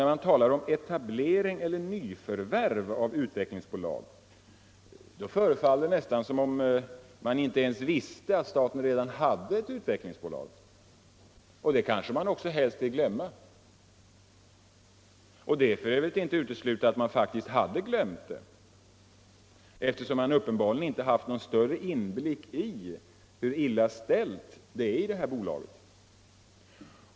När man talar om ”etablering eller nyförvärv” av utvecklingsbolag förefaller det dessutom som om man inte ens visste att staten redan har ett utvecklingsbolag. Och det kanske man också helst vill glömma. Det är för övrigt inte uteslutet att man faktiskt glömt det, eftersom man uppenbarligen inte haft någon större inblick i hur illa ställt det är i detta bolag.